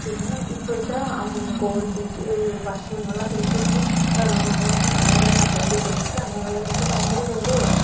പിന്നെ ഇപ്പോഴത്തെ കോഴിത്തീറ്റയും പശുവിനുള്ള തീറ്റയൊക്കെ അതിനൊക്കെ ഭയങ്കര കപ്പലണ്ടിപ്പിണ്ണാക്ക് അങ്ങനെയുള്ളതിനൊക്കെ ഭയങ്കര വിലയാണ്